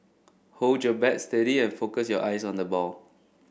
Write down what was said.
hold your bat steady and focus your eyes on the ball